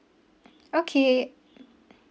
okay